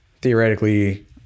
theoretically